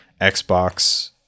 Xbox